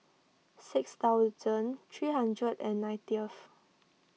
six thousand three hundred and nineteenth